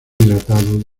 hidratado